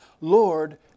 Lord